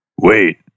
Wait